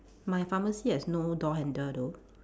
my pharmacy has no door handle though